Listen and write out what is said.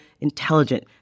intelligent